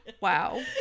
Wow